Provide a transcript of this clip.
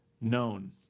known